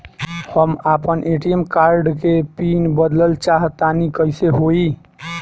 हम आपन ATM card के पीन बदलल चाहऽ तनि कइसे होई?